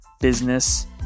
business